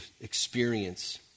experience